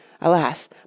Alas